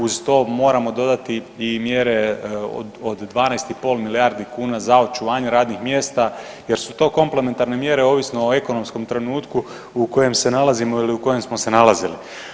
Uz to moramo dodati i mjere od 12 i pol milijardi kuna za očuvanje radnih mjesta jer su to komplementarne mjere ovisno o ekonomskom trenutku u kojem se nalazimo ili u kojem smo se nalazili.